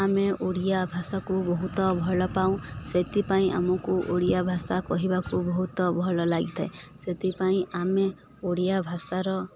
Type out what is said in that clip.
ଆମେ ଓଡ଼ିଆ ଭାଷାକୁ ବହୁତ ଭଲ ପାଉ ସେଥିପାଇଁ ଆମକୁ ଓଡ଼ିଆ ଭାଷା କହିବାକୁ ବହୁତ ଭଲ ଲାଗିଥାଏ ସେଥିପାଇଁ ଆମେ ଓଡ଼ିଆ ଭାଷାର